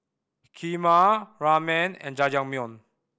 Kheema Ramen and Jajangmyeon